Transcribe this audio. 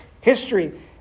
history